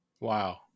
Wow